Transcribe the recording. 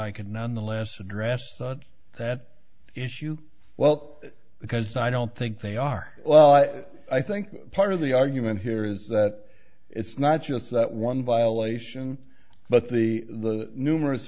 i can nonetheless address that issue well because i don't think they are well i think part of the argument here is that it's not just that one violation but the the numerous